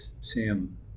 Sam